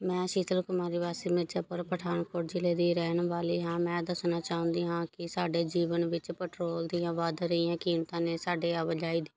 ਮੈਂ ਸ਼ੀਤਲ ਕੁਮਾਰੀ ਵਾਸੀ ਮਿਰਜ਼ਾਪੁਰ ਪਠਾਨਕੋਟ ਜ਼ਿਲ੍ਹੇ ਦੀ ਰਹਿਣ ਵਾਲੀ ਹਾਂ ਮੈਂ ਦੱਸਣਾ ਚਾਹੁੰਦੀ ਹਾਂ ਕਿ ਸਾਡੇ ਜੀਵਨ ਵਿੱਚ ਪੈਟਰੋਲ ਦੀਆਂ ਵਧ ਰਹੀਆਂ ਕੀਮਤਾਂ ਨੇ ਸਾਡੇ ਆਵਜਾਈ ਦੇ